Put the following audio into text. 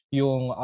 yung